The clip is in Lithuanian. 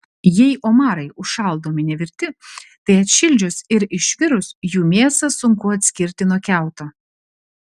jei omarai užšaldomi nevirti tai atšildžius ir išvirus jų mėsą sunku atskirti nuo kiauto